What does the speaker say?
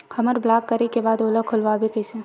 हमर ब्लॉक करे के बाद ओला खोलवाबो कइसे?